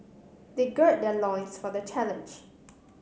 they gird their loins for the challenge